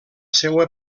seua